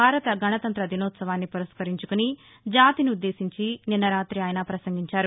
భారత గణతంత దినోత్సవాన్ని పురస్కరించుకుని జాతిని ఉద్దేశించి నిన్నరాతి ఆయన ప్రసంగించారు